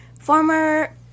former